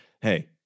Hey